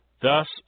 Thus